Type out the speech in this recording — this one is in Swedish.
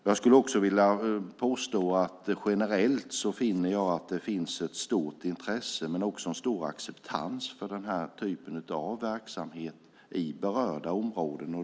Jag vill påstå att det generellt finns ett stort intresse och en stor acceptans för den här typen av verksamhet i berörda områden.